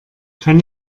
kann